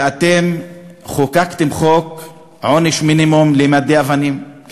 ואתם חוקקתם חוק עונש מינימום למיידי אבנים כי